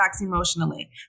emotionally